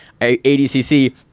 ADCC